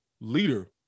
leader